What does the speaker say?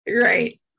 right